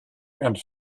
and